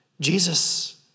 Jesus